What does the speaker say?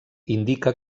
indica